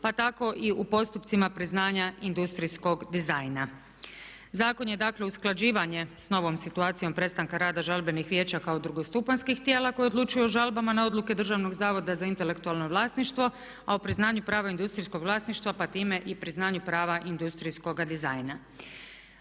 pa tako i u postupcima priznanja industrijskog dizajna. Zakon je dakle usklađivanje sa novom situacijom prestanka rada žalbenih vijeća kao drugostupanjskih tijela koje odlučuju o žalbama na odluke Državnog zavoda za intelektualno vlasništvo a o priznanju prava industrijskog vlasništva pa time i priznanju prava industrijskoga dizajna.